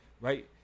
right